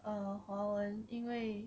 err 华文因为